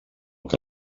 que